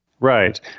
Right